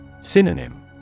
Synonym